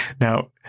Now